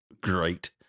Great